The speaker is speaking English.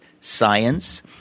science